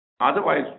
Otherwise